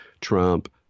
Trump